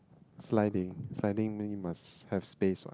sliding sliding mini must have space